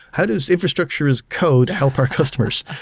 how does infrastructure as code help our customers?